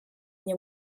nie